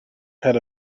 had